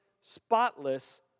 spotless